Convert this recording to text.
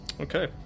Okay